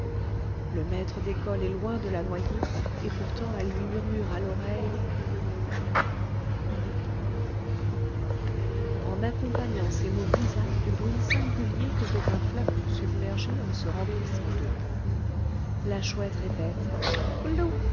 le maître d'école est loin de la noyée et pourtant elle lui murmure à l'oreille glou glou glou en accompagnant ces mots bizarres du bruit singulier que fait un flacon submergé en se remplissant d'eau la chouette répète